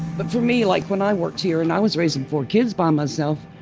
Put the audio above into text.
but for me like when i worked here, and i was raising four kids by myself,